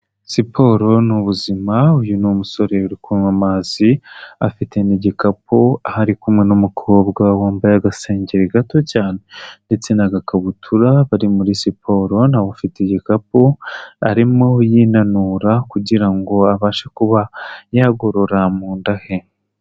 Siporo ni ubuzima, uyu ni umusore uri kunywa amazi afite n'igikapu, aho ari kumwe n'umukobwa wambaye agasengeri gato cyane ndetse n'agakabutura bari muri siporo na we ufite igikapu, arimo yinanura kugira ngo abashe kuba yagorora mu nda he.